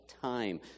Time